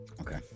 Okay